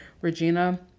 Regina